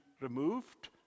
removed